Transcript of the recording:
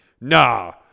nah